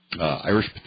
Irish